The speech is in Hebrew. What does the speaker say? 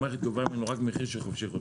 המערכת גובה ממנו רק מחיר של חופשי חודשי.